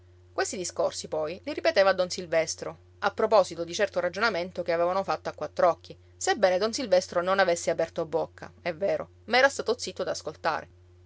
questi discorsi poi li ripeteva a don silvestro a proposito di certo ragionamento che avevano fatto a quattr'occhi sebbene don silvestro non avesse aperto bocca è vero ma era stato zitto ad ascoltare